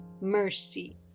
mercy